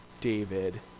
David